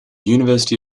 university